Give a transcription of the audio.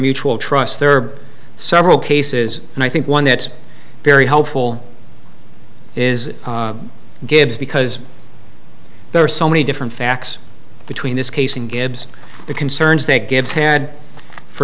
mutual trust there are several cases and i think one that's very helpful is gibbs because there are so many different facts between this case and gibbs the concerns that gibbs had for